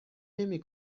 نمی